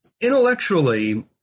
intellectually